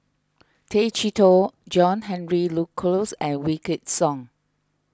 Tay Chee Toh John Henry Duclos and Wykidd Song